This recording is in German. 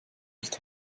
nicht